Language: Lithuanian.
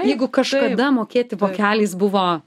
jeigu kažkada mokėti vokeliais buvo